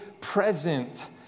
present